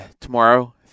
tomorrow